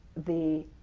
the